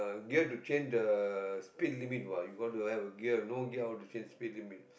gear to change the speed limit what you got to have a gear if no gear how to change speed limit